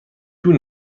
طول